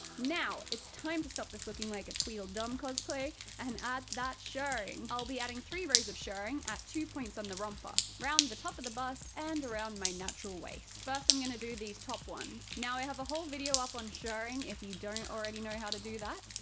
now, it's time to stop this looking like a tweedledum cosplay and add that shirring. i'll be adding three rows of shirring at two points on the romper, round the top of the bust and around my natural waist. first i'm gonna do these top ones. now i have a whole video up on shirring if you don't already know how to do that.